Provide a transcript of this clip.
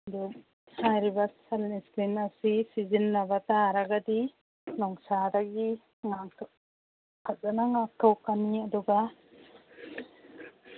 ꯑꯗꯨ ꯍꯥꯏꯔꯤꯕ ꯁꯟꯁꯀ꯭ꯔꯤꯟ ꯑꯁꯤ ꯁꯤꯖꯤꯟꯅꯕ ꯇꯥꯔꯒꯗꯤ ꯅꯨꯡꯁꯥꯗꯒꯤ ꯐꯖꯅ ꯉꯥꯛꯊꯣꯛꯀꯅꯤ ꯑꯗꯨꯒ